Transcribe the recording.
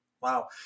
Wow